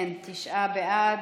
אם כן, תשעה בעד,